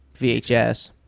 vhs